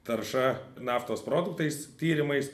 tarša naftos produktais tyrimais